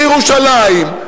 לירושלים,